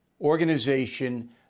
organization